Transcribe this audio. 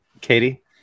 Katie